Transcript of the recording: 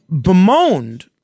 bemoaned